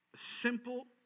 simple